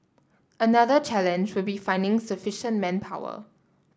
another challenge would be finding sufficient manpower